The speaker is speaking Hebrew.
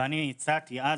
ואני הצעתי אז,